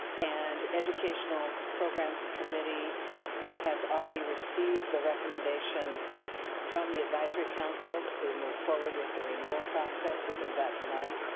and educational programs committee has already received the recommendation from the advisory council to move forward with the renewal process you heard that tonight.